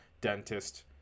dentist